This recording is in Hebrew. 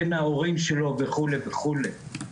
בין ההורים שלו וכו' וכו'.